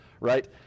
right